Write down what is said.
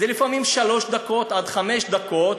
לפעמים זה שלוש דקות עד חמש דקות,